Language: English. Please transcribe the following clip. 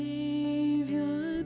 Savior